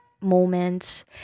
moments